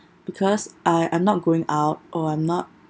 because I I'm not going out or I'm not